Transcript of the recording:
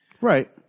Right